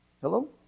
Hello